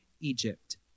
Egypt